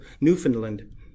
Newfoundland